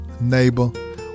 neighbor